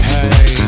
Hey